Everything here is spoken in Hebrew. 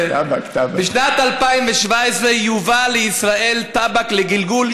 בשנת 2017 יובא לישראל טבק לגלגול,